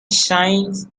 shines